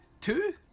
Two